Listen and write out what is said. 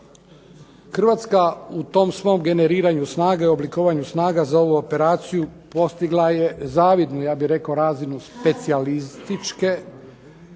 Hrvatska u tom svom generiranju snaga i oblikovanja snaga za ovu operaciju postigla je zavidnu ja bih rekao razinu specijalističke